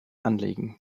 anlegen